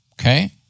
okay